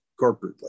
corporately